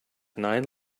nine